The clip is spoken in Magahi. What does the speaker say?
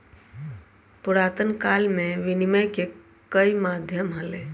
पुरातन काल में विनियम के कई माध्यम हलय